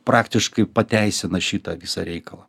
praktiškai pateisina šitą visą reikalą